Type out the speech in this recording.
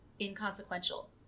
inconsequential